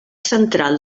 central